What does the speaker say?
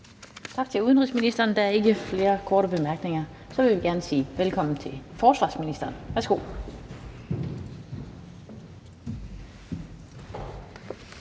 Tak til udenrigsministeren. Der er ikke flere korte bemærkninger. Så vil vi gerne sige velkommen til forsvarsministeren. Værsgo.